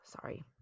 Sorry